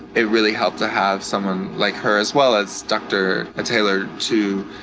it really helped to have someone like her, as well as dr. taylor, to